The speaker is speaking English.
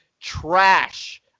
trash